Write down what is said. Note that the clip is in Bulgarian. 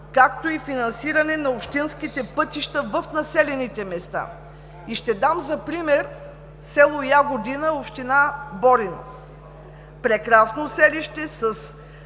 както и финансиране на общинските пътища в населените места. Ще дам за пример с. Ягодина, община Борино. Прекрасно селище, с